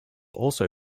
also